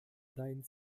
dein